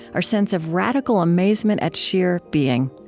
our sense of radical amazement at sheer being.